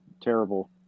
terrible